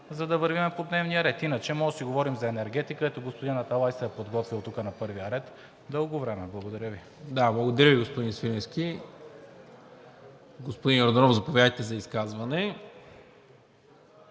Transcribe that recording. за да вървим по дневния ред. Иначе можем да си говорим за енергетика, ето, господин Аталай се е подготвил тук на първия ред, дълго време. Благодаря Ви. ПРЕДСЕДАТЕЛ НИКОЛА МИНЧЕВ: Да, благодаря ви, господин Свиленски. Господин Йорданов, заповядайте за изказване.